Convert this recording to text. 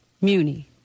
Muni